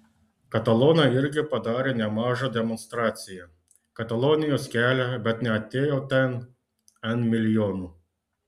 katalonai irgi padarė nemažą demonstraciją katalonijos kelią bet neatėjo ten n milijonų